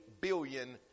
billion